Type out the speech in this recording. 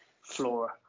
Flora